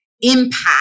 impact